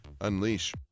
unleash